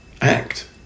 act